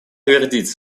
гордится